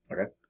Okay